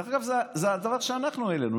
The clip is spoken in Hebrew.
דרך אגב, זה דבר שאנחנו העלינו.